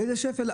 לאיזה שפל?